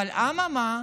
אממה,